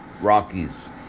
Rockies